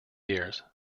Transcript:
years